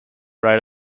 right